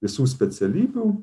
visų specialybių